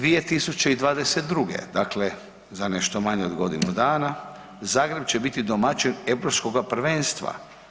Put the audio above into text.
2022., dakle za nešto manje od godinu dana Zagreb će biti domaćin europskoga prvenstva.